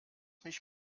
mich